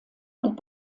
und